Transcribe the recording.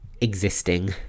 existing